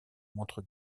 montre